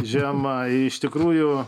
žema iš tikrųjų